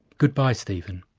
goodbye stephen.